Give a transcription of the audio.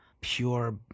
pure